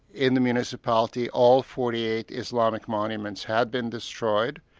in the municipality, all forty eight islamic monuments had been destroyed,